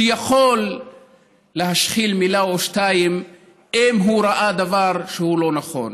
שיכול להשחיל מילה או שתיים אם הוא ראה דבר שהוא לא נכון.